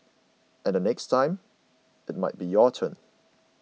and the next time it might be your turn